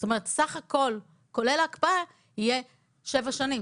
סך הכול, כולל ההקפאה, יהיה שבע שנים.